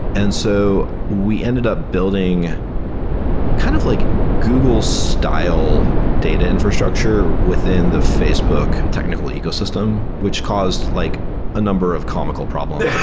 and so we ended up building kind of like google's style data infrastructure within the facebook technical ecosystem, which caused like a number of comical problems yeah